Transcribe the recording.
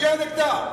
תצביע נגדה.